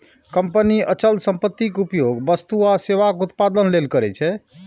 company अचल संपत्तिक उपयोग वस्तु आ सेवाक उत्पादन लेल करै छै